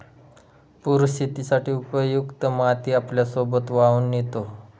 पूर शेतीसाठी उपयुक्त माती आपल्यासोबत वाहून नेतो